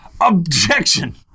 OBJECTION